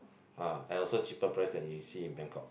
ah and also cheaper price than you see in Bangkok